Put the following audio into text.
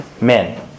men